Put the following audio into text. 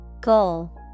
Goal